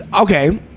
Okay